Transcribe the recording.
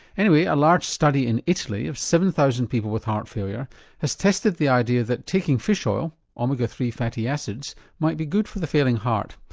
anyway, a large study in italy of seven thousand people with heart failure has tested the idea that taking fish oil omega three fatty acids, might be good for the failing heart.